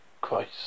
Christ